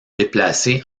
déplacée